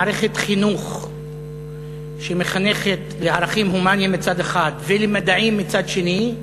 מערכת חינוך שמחנכת לערכים הומניים מצד אחד ולמדעים מצד שני,